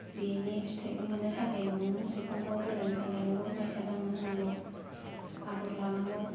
बेनि फिथायखौ मोन्नो थाखाय नोङो जुखामखौ गोजान गोजान गायनांगौ मायसा दांना होनांगौ आदर लानांगौ